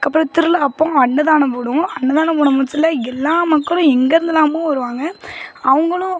அதுக்கப்புறம் திருவிழா அப்போது அன்னதானம் போடுவோம் அன்னதானம் போடமுச்சுல எல்லா மக்களும் எங்கேருந்துலாமோ வருவாங்க அவங்களும்